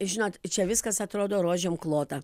žinot čia viskas atrodo rožėm klota